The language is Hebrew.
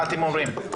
מה אתם אומרים?